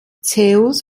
zeus